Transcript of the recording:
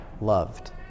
loved